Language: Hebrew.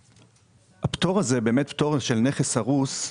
הפטור של נכס הרוס מביא,